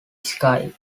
sky